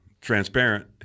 transparent